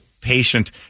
patient